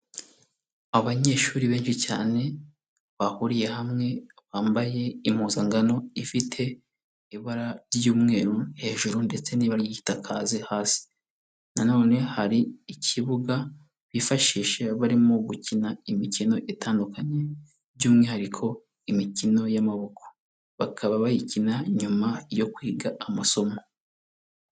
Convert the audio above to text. Abanyeshuri benshi cyane bahuriye hamwe, bambaye impuzankano ifite ibara ry'umweru hejuru ndetse n'igitakazi hasi na none hari ikibuga bifashisha barimo gukina imikino itandukanye by'umwihariko imikino y'amaboko, bakaba bayikina nyuma yo kwiga amasomo.